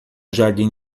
jardim